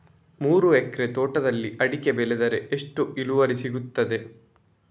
ಮೂರು ಎಕರೆ ತೋಟದಲ್ಲಿ ಅಡಿಕೆ ಬೆಳೆದರೆ ಎಷ್ಟು ಇಳುವರಿ ಸಿಗುತ್ತದೆ?